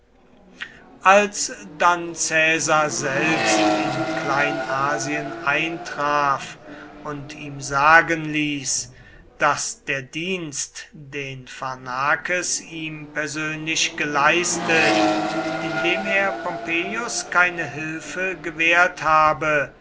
als dann caesar selbst in kleinasien eintraf und ihm sagen ließ daß der dienst den pharnakes ihm persönlich geleistet indem er pompeius keine hilfe gewährt habe